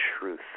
truth